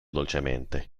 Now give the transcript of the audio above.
dolcemente